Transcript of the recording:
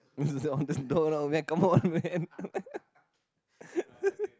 on the door lah oh man come on man